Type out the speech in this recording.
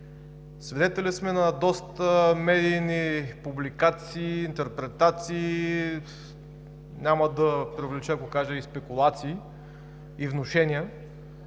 Свидетели сме на доста медийни публикации, интерпретации, а няма и да преувелича, ако кажа спекулации и внушения,